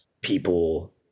people